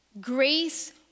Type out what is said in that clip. Grace